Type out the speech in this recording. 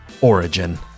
Origin